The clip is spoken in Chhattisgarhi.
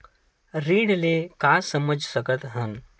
ऋण ले का समझ सकत हन?